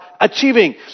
achieving